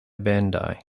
bandai